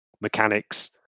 mechanics